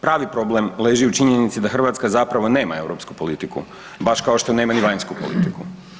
Pravi problem leži u činjenici da Hrvatska zapravo nema europsku politiku, baš kao što nema ni vanjsku politiku.